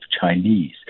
Chinese